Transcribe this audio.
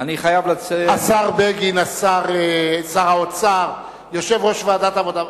השר בגין, שר האוצר, יושב-ראש ועדת העבודה,